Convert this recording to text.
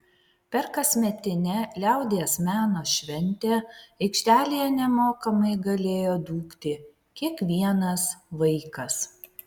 per kasmetinę liaudies meno šventę aikštelėje nemokamai galėjo dūkti kiekvienas vaikas